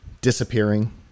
disappearing